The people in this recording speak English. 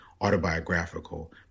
autobiographical